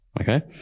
okay